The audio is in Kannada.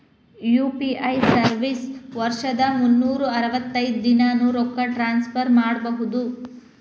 ಯು.ಪಿ.ಐ ಸರ್ವಿಸ್ ವರ್ಷದ್ ಮುನ್ನೂರ್ ಅರವತ್ತೈದ ದಿನಾನೂ ರೊಕ್ಕ ಟ್ರಾನ್ಸ್ಫರ್ ಮಾಡ್ಬಹುದು